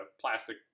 plastic